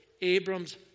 Abram's